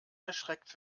erschreckt